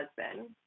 husband